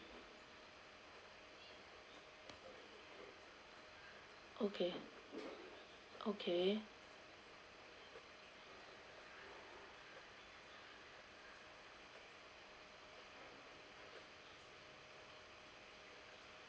okay okay